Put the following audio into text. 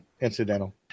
incidental